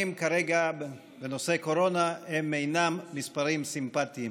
כרגע בנושא קורונה אינם מספרים סימפטיים.